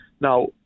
Now